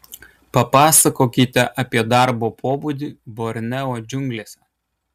papasakokite apie darbo pobūdį borneo džiunglėse